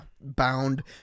bound